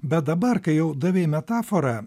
bet dabar kai jau davei metaforą